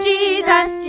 Jesus